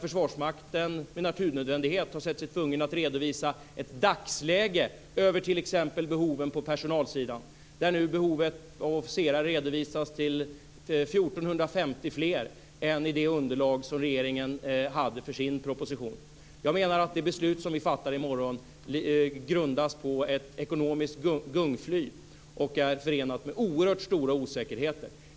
Försvarsmakten har med naturnödvändighet sett sig tvungen att redovisa ett dagsläge över t.ex. behoven på personalsidan. Behovet av officerare redovisas nu till 1 450 fler än i det underlag som regeringen hade för sin proposition. Jag menar att det beslut som vi fattar i morgon grundas på ett ekonomiskt gungfly och är förenat med oerhört stora osäkerheter.